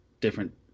different